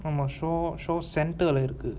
நம்ம:namma shaw shaw centre ஆகியிருக்கு:aagiruku